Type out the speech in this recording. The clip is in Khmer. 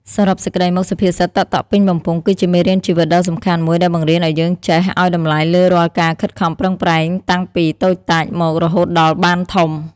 សរុបសេចក្តីមក សុភាសិត តក់ៗពេញបំពង់ គឺជាមេរៀនជីវិតដ៏សំខាន់មួយ ដែលបង្រៀនយើងឱ្យចេះ ឱ្យតម្លៃលើរាល់ការខិតខំប្រឹងប្រែងតាំងពីតូចតាចមករហូតដល់បានធំ។